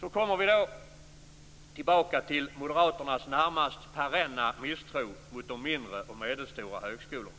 Så kommer vi då tillbaka till Moderaternas närmast perenna misstro mot de mindre och medelstora högskolorna.